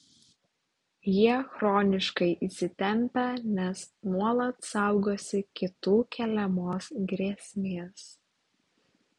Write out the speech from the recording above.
jie chroniškai įsitempę nes nuolat saugosi kitų keliamos grėsmės